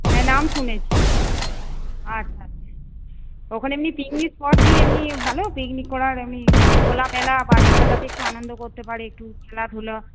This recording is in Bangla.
হ্যাঁ নাম শুনেছি আচ্ছা আচ্ছা ওখানে এমনি পিকনিক স্পট কি এমনি ভালো পিকনিক করার এমনি খোলা মেলা বাচ্চারা যাতে একটু আনন্দ করতে পারে একটু খেলাধুলা